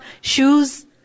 shoes